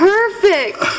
Perfect